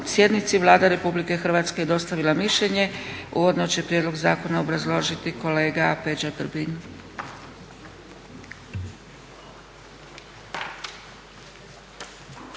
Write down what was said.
sjednici. Vlada Republike Hrvatske je dostavila mišljenje. Uvodno će prijedlog zakona obrazložiti kolega Peđa Grbin.